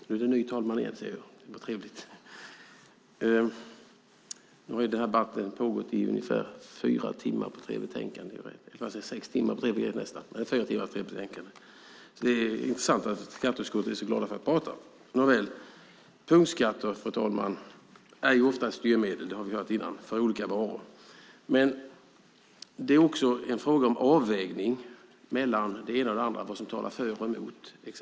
Fru talman! Nu har debatten pågått i ungefär fyra timmar för tre betänkanden. Det är intressant att man i skatteutskottet är så glada att prata. Fru talman! Punktskatter är ofta, som vi har hört innan, styrmedel för olika varor. Men det är också en fråga om avvägning mellan det ena och det andra, vad som talar för och emot.